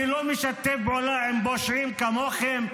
אני לא משתף פעולה עם פושעים כמוכם,